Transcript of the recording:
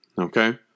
Okay